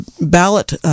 ballot